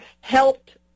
helped